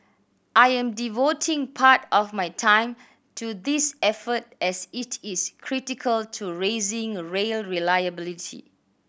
I am devoting part of my time to this effort as it is critical to raising rail reliability